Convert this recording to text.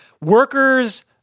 workers